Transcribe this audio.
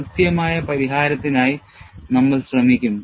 കൃത്യമായ പരിഹാരത്തിനായി നമ്മൾ ശ്രമിക്കും